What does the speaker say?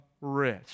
rich